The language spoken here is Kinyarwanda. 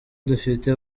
dufite